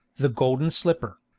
the golden slipper.